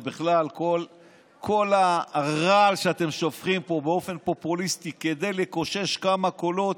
ובכלל כל הרעל שאתם שופכים פה באופן פופוליסטי כדי לקושש כמה קולות,